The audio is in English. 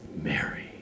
Mary